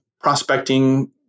prospecting